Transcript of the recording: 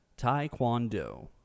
Taekwondo